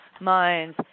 mines